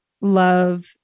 love